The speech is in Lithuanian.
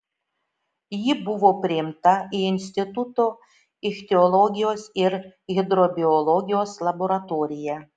ji buvo priimta į instituto ichtiologijos ir hidrobiologijos laboratoriją